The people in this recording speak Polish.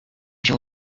się